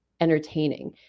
entertaining